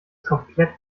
komplett